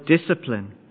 discipline